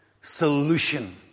solution